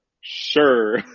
sure